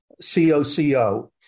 C-O-C-O